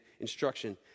instruction